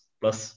plus